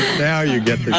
now you get